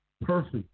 perfect